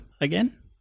again